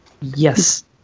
Yes